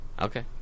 Okay